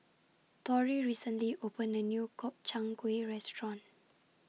Torrey recently opened A New Gobchang Gui Restaurant